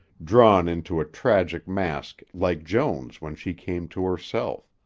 drawn into a tragic mask like joan's when she came to herself